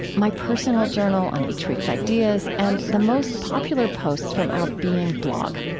my personal journal on each week's ideas, and the most popular posts from our being blog.